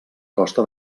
costa